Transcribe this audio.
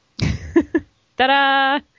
Ta-da